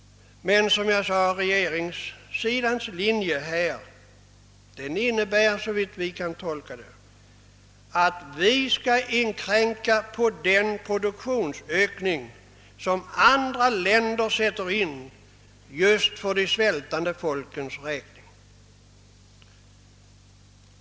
Regeringssidans linje innebär emellertid att vi skall inkräkta på den produktionsökning som andra länder försöker uppnå för de svältande folkens räkning.